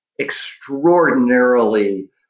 extraordinarily